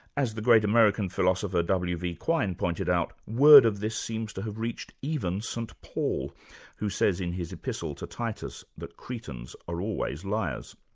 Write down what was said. as the great american philosopher w. v. quine pointed out, word of this seems to have reached even saint paul who says in his epistle to titus that cretans are always liars.